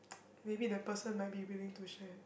maybe the person might be willing to share